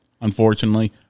Unfortunately